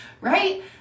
right